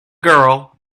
girl